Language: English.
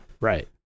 Right